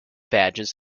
badges